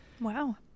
Wow